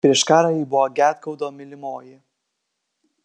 prieš karą ji buvo gedgaudo mylimoji